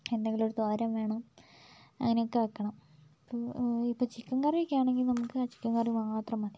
എന്തെങ്കിലും ഒരു തോരൻ വേണം അങ്ങനെ ഒക്കെ വയ്ക്കണം ഇ ഇപ്പോൾ ചിക്കൻ കറി ഒക്കെ ആണെങ്കിൽ നമുക്ക് ആ ചിക്കൻ കറി മാത്രം മതി